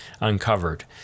uncovered